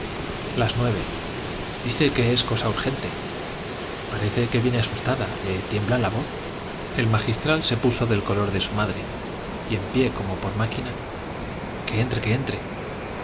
las nueve dice que es cosa urgente parece que viene asustada le tiembla la voz el magistral se puso del color de su madre y en pie como por máquina que entre que entre